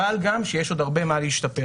אבל גם שיש עוד הרבה מה להשתפר.